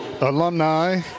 alumni